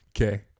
okay